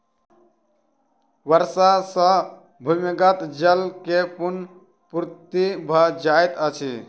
वर्षा सॅ भूमिगत जल के पुनःपूर्ति भ जाइत अछि